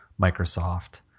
Microsoft